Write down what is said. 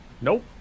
Nope